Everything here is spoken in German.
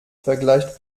vergleicht